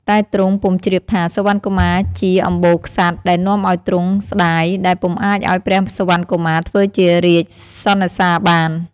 តែទ្រង់ពុំជ្រាបថាសុវណ្ណកុមារជាអម្បូរក្សត្រ ដែលនាំឱ្យទ្រង់ស្តាយ ដែលពុំអាចឱ្យព្រះសុវណ្ណកុមារធ្វើជារាជសុណិសាបាន។